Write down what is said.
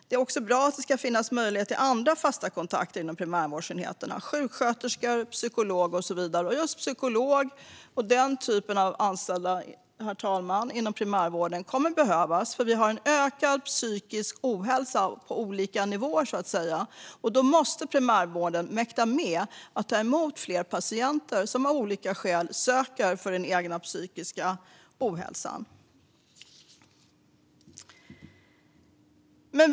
Det är också bra att det ska finnas möjlighet till andra fasta kontakter inom primärvårdsenheterna, det vill säga sjuksköterska, psykolog och så vidare. Just psykolog och den typen av anställda inom primärvården kommer att behövas eftersom det råder ökad psykisk ohälsa på olika nivåer. Då måste primärvården mäkta med att ta emot fler patienter som av olika skäl söker hjälp för den egna psykiska ohälsan.